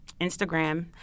Instagram